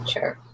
Sure